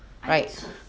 I think so